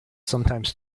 sometimes